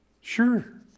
Sure